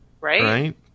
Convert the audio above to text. Right